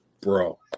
bro